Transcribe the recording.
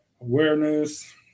awareness